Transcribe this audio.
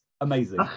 Amazing